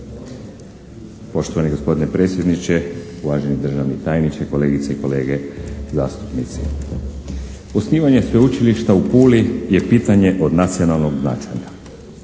Poštovani gospodine predsjedniče, uvaženi državni tajniče, kolegice i kolege zastupnici. Osnivanjem Sveučilišta u Puli je pitanje od nacionalnog značenja.